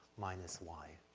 minus y.